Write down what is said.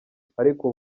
ariko